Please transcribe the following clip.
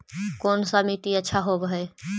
कोन सा मिट्टी अच्छा होबहय?